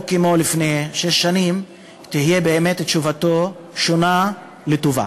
לא כמו לפני שש שנים, תהיה באמת שונה לטובה.